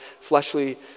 fleshly